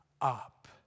up